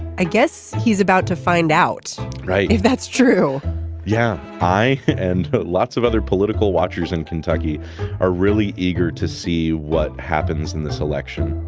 i guess he's about to find out right if that's true yeah i and lots of other other political watchers in kentucky are really eager to see what happens in this election